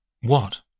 What